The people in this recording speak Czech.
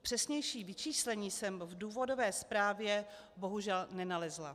Přesnější vyčíslení jsem v důvodové zprávě bohužel nenalezla.